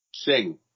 Sing